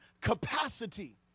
capacity